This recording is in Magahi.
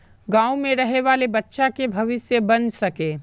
गाँव में रहे वाले बच्चा की भविष्य बन सके?